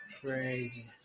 Crazy